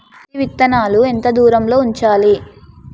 పత్తి విత్తనాలు ఎంత దూరంలో ఉంచాలి?